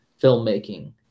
filmmaking